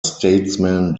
statesman